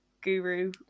guru